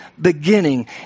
beginning